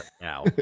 now